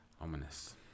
Ominous